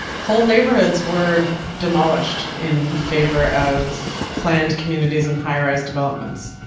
whole neighborhoods were demolished in favor of planned communities and high-rise developments.